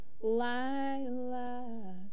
Lila